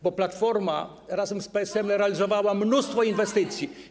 Bo Platforma razem z PSL-em realizowała mnóstwo inwestycji.